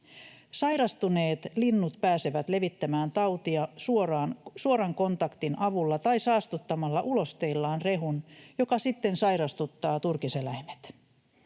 Sairastuneet linnut pääsevät levittämään tautia suoran kontaktin avulla tai saastuttamalla ulosteillaan rehun, joka sitten sairastuttaa turkiseläimet.